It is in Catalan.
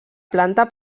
planta